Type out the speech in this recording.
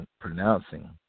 pronouncing